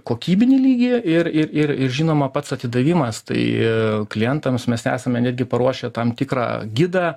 kokybinį lygį ir ir ir žinoma pats atidavimas tai klientams mes esame netgi paruošę tam tikrą gidą